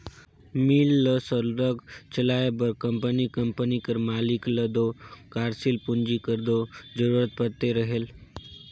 मील ल सरलग चलाए बर कंपनी कंपनी कर मालिक ल दो कारसील पूंजी कर दो जरूरत परते रहेल